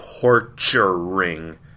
Torturing